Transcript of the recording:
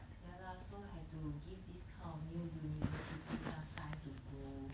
ya lah so have to give this kind of new university some time to grow